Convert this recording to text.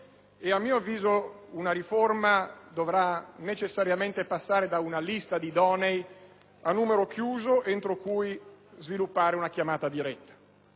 a mio avviso, una riforma dovrà necessariamente passare da una lista di idonei a numero chiuso, entro cui sviluppare una chiamata diretta.